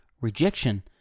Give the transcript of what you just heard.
rejection